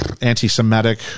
anti-semitic